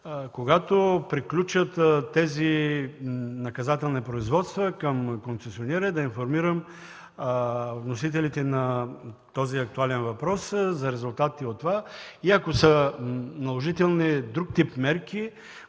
когато приключат наказателните производства към концесионера, да информирам вносителите на актуалния въпрос за резултатите и ако са наложителни друг тип мерки,